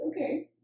okay